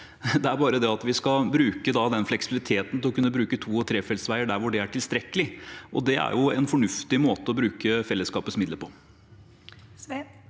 bygge firefeltsvei. Vi skal bruke den fleksibiliteten til å kunne ha to- og trefeltsveier der hvor det er tilstrekkelig, og det er en fornuftig måte å bruke fellesskapets midler på.